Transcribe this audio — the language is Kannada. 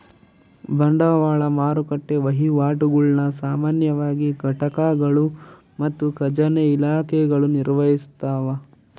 ಬಂಡವಾಳ ಮಾರುಕಟ್ಟೆ ವಹಿವಾಟುಗುಳ್ನ ಸಾಮಾನ್ಯವಾಗಿ ಘಟಕಗಳು ಮತ್ತು ಖಜಾನೆ ಇಲಾಖೆಗಳು ನಿರ್ವಹಿಸ್ತವ